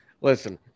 Listen